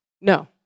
no